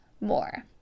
More